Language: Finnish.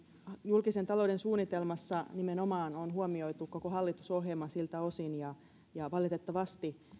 julkisen talouden suunnitelmassa nimenomaan on huomioitu koko hallitusohjelma siltä osin ja ja valitettavasti